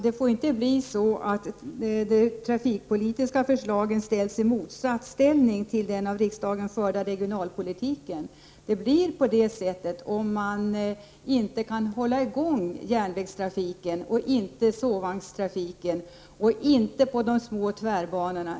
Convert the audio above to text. Det får inte bli så att de trafikpolitiska förslagen kommer i motsatsställning till den av riksdagen förda regionalpolitiken. Det blir på det sättet om man inte kan hålla i gång järnvägstrafiken eller sovvagnstrafiken, t.ex. på de små tvärbanorna.